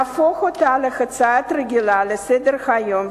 להפוך אותה להצעה רגילה לסדר-היום,